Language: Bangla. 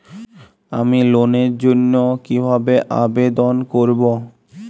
আমি লোনের জন্য কিভাবে আবেদন করব?